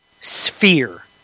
sphere